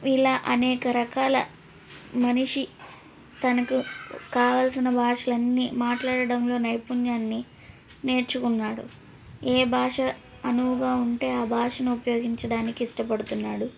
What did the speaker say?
ఇలా అనేక రకాల మనిషి తనకు కావలసిన భాషలన్నీ మాట్లాడడంలో నైపుణ్యాన్ని నేర్చుకున్నాడు ఏ భాష అనువుగా ఉంటే ఆ భాషను ఉపయోగించడానికి ఇష్టపడుతున్నాడు